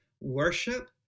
worship